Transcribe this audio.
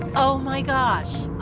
oh my gosh.